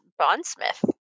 bondsmith